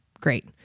Great